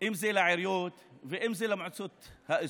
אם זה לעיריות ואם זה למועצות האזוריות,